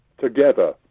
together